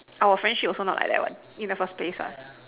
our friendship also not like that one in the first place what